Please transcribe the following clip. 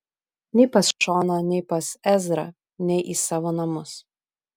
nei pas šoną nei pas ezrą nei į savo namus